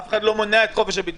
אף אחד לא מונע את חופש הביטוי.